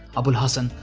abu'l hassan,